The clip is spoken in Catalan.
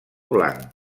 blanc